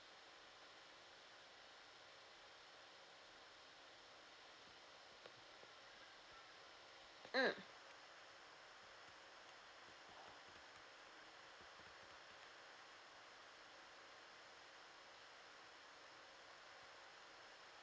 mm